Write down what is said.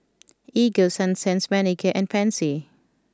Ego Sunsense Manicare and Pansy